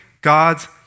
God's